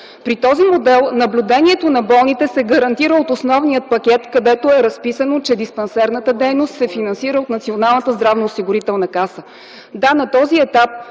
При този модел наблюдението на болните се гарантира от основния пакет, където е разписано, че диспансерната дейност се финансира от Националната